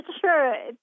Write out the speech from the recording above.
sure